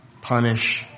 punish